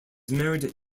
married